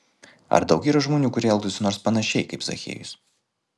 ar daug yra žmonių kurie elgtųsi nors panašiai kaip zachiejus